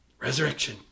Resurrection